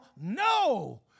no